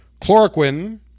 Chloroquine